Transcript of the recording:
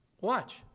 Watch